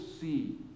see